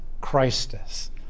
Christus